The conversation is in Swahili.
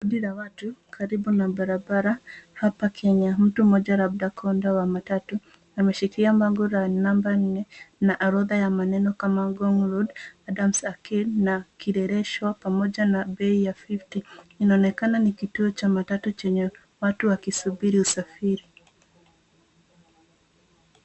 Kundi la Karibu na barabara hapa Kenya, mtu moja labda konda wa matatu ameshikilia magoro ya namba nne na orodha ya maneno kama ngongo road na kileleshwa pamoja na bei ya 50 inaonekana ni kituo cha matatu chenye watu wakisubiri usafiri.